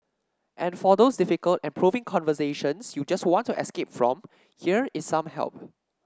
and for those difficult and probing conversations you just want to escape from here is some help